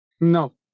No